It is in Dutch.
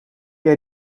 jij